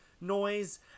noise